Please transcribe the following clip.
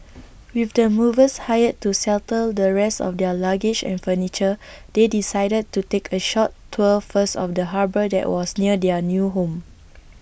with the movers hired to settle the rest of their luggage and furniture they decided to take A short tour first of the harbour that was near their new home